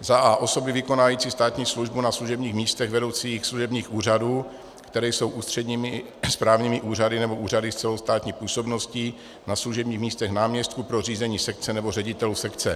za prvé, osoby vykonávající státní službu na služebních místech vedoucích služebních úřadů, které jsou ústředními správními úřady nebo úřady s celostátní působností na služebních místech náměstků pro řízení sekce nebo ředitelů sekce;